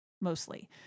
mostly